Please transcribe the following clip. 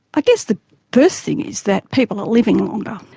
i guess the first thing is that people are living longer,